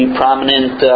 prominent